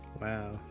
wow